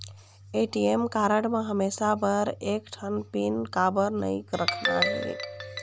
ATM card म हमेशा बर एक ठन पिन काबर नई रखना हे?